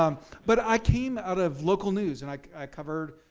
um but i came out of local news and like i covered,